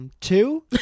Two